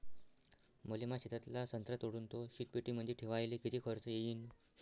मले माया शेतातला संत्रा तोडून तो शीतपेटीमंदी ठेवायले किती खर्च येईन?